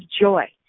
joy